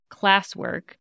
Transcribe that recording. classwork